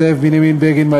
זאב בנימין בגין,